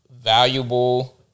valuable